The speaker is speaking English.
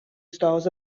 styles